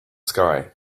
sky